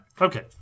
Okay